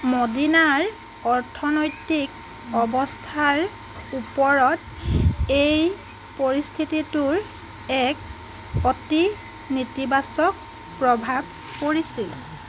মদিনাৰ অৰ্থনৈতিক অৱস্থাৰ ওপৰত এই পৰিস্থিতিটোৰ এক অতি নীতিবাচক প্ৰভাৱ পৰিছিল